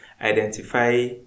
identify